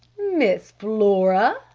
miss flora,